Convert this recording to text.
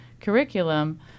curriculum